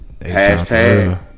Hashtag